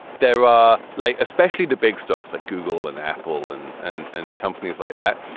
there are like especially the big stocks like google and apple and and and companies like that.